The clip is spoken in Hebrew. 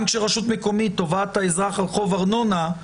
גם כשרשות מקומית תובעת את האזרח על חוב ארנונה,